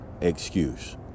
excuse